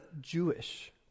Jewish